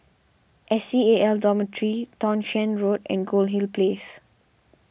S C A L Dormitory Townshend Road and Goldhill Place